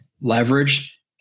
Leverage